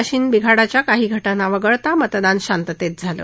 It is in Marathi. मशीन बिघाडाच्या काही घटना वगळता मतदान शांततेत झालं